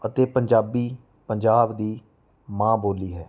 ਅਤੇ ਪੰਜਾਬੀ ਪੰਜਾਬ ਦੀ ਮਾਂ ਬੋਲੀ ਹੈ